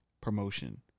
promotion